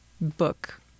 book